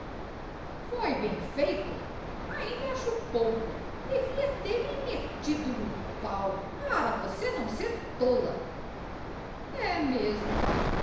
foi bem feito ainda acho pouco devia ter-lhe metido o pau para você não ser tola é mesmo